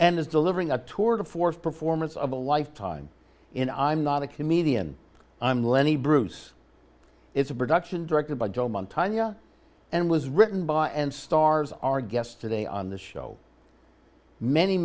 is delivering a tour de force performance of a lifetime in i'm not a comedian i'm lenny bruce it's a production directed by joe montana and was written by and stars our guest today on the show many